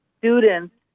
students